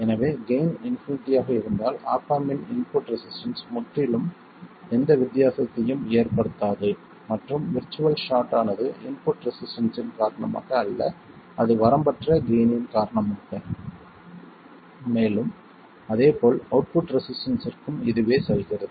எனவே gain infinity ஆக இருந்தால் ஆப் ஆம்ப் இன் இன்புட் ரெசிஸ்டன்ஸ் முற்றிலும் எந்த வித்தியாசத்தையும் ஏற்படுத்தாது மற்றும் விர்ச்சுவல் ஷார்ட் ஆனது இன்புட் ரெசிஸ்டன்ஸ்ஸின் காரணமாக அல்ல அது வரம்பற்ற கெய்ன் இன் காரணமாக மேலும் அதே போல் அவுட்புட் ரெசிஸ்டன்ஸ்ற்கும் இதுவே செல்கிறது